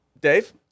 Dave